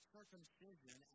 circumcision